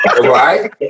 Right